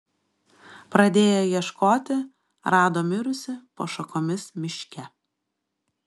pradėję ieškoti rado mirusį po šakomis miške